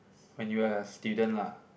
when you are a student lah